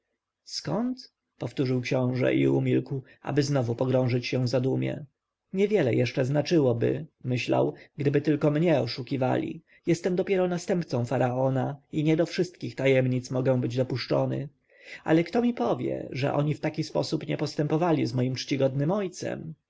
skąd powtórzył książę i umilkł aby znowu pogrążyć się w zadumie niewiele jeszcze znaczyłoby myślał gdyby tylko mnie oszukiwali jestem dopiero następcą faraona i nie do wszystkich tajemnic mogę być dopuszczany ale kto mi powie że oni w taki sam sposób nie postępowali z moim czcigodnym ojcem